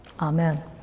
Amen